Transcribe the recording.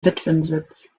witwensitz